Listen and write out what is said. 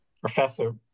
professor